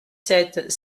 sept